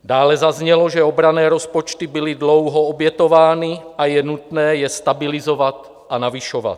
Dále zaznělo, že obranné rozpočty byly dlouho obětovány a je nutné je stabilizovat a navyšovat.